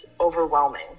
overwhelming